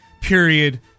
period